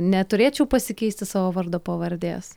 neturėčiau pasikeisti savo vardo pavardės